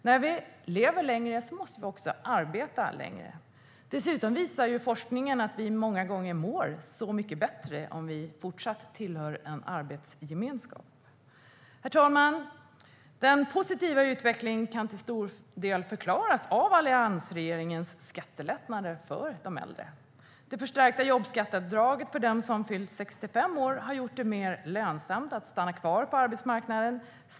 När vi lever längre måste vi också arbeta längre. Dessutom visar forskningen att vi många gånger mår bättre om vi fortsätter att tillhöra en arbetsgemenskap. Herr talman! Den positiva utvecklingen kan till stor del förklaras av alliansregeringens skattelättnader för äldre. Det förstärkta jobbskatteavdraget för dem som fyllt 65 år har gjort det mer lönsamt att stanna kvar på arbetsmarknaden.